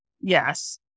Yes